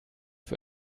für